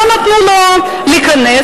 לא נתנו לו להיכנס,